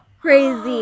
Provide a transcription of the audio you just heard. Crazy